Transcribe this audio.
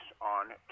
on